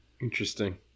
Interesting